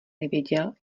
nevěděl